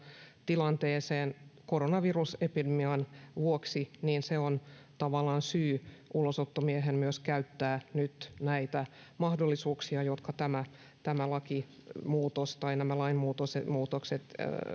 tilanteeseen koronavirusepidemian vuoksi niin se on tavallaan syy ulosottomiehen myös käyttää nyt näitä mahdollisuuksia jotka tämä tämä lakimuutos tai nämä lainmuutokset